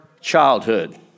childhood